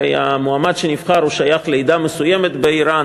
הרי המועמד שנבחר שייך לעדה מסוימת באיראן